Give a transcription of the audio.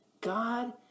God